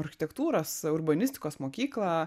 architektūros urbanistikos mokyklą